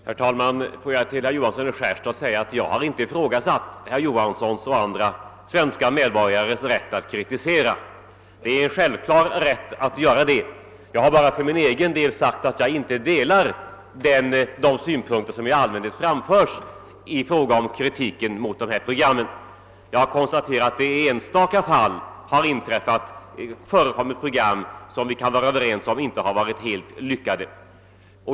Herr talman! Får jag till herr Johansson i Skärstad säga att jag inte ifrågasatt hans och andra svenska medborgares självklara rätt att kritisera dessa program. Jag har bara understrukit att jag personligen inte delar de synpunkter som i allmänhet framförts i kritiken mot programmen. Jag har konstaterat att det i enstaka fall förekommit program som — det kan vi vara överens om — inte varit helt lyckade.